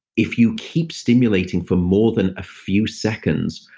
if you keep stimulating for more than a few seconds,